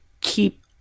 keep